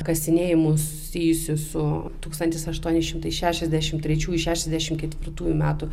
kasinėjimų susijusių su tūktantis aštuoni šimtai šešiasdešimt trečiųjų šešiasdešimt ketvirtųjų metų